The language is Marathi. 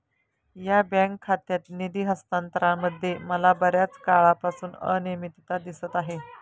या बँक खात्यात निधी हस्तांतरणामध्ये मला बर्याच काळापासून अनियमितता दिसत आहे